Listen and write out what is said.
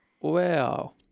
Wow